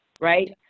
right